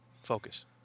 Focus